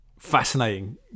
Fascinating